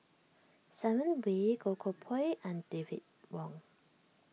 Simon Wee Goh Koh Pui and David Wong